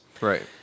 right